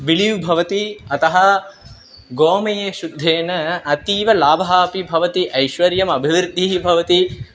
बिळीव् भवति अतः गोमयेन शुद्धेन अतीवलाभः अपि भवति ऐश्वर्यम् अभिवृद्धिः भवति